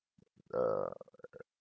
err